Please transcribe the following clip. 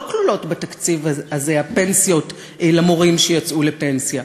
לא כלולות בתקציב הזה הפנסיות למורים שיצאו לפנסיה,